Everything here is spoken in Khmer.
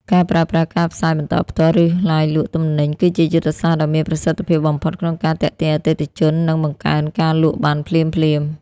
ការប្រើប្រាស់ការផ្សាយបន្តផ្ទាល់ ឬឡាយលក់ទំនិញ គឺជាយុទ្ធសាស្ត្រដ៏មានប្រសិទ្ធភាពបំផុតក្នុងការទាក់ទាញអតិថិជន និងបង្កើនការលក់បានភ្លាមៗ។